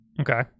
Okay